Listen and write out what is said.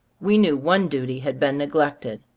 we knew one duty had been neglected.